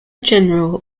general